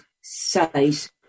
size